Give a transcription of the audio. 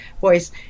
voice